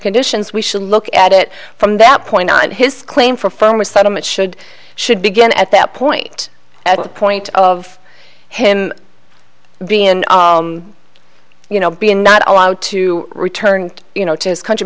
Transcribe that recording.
conditions we should look at it from that point on his claim for phone with settlement should should begin at that point at the point of him being you know being not allowed to return you know to his